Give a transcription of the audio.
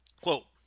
Quote